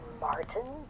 Martin